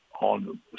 on